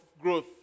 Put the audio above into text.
growth